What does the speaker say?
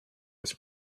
was